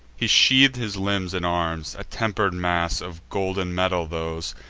he sheath'd his limbs in arms a temper'd mass of golden metal those,